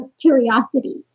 curiosity